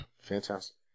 Fantastic